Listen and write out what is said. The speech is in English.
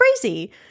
crazy